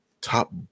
top